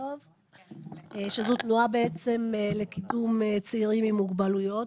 שהיא תנועה לקידום צעירים עם מוגבלויות.